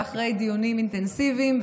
ואחרי דיונים אינטנסיביים,